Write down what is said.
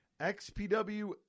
xpw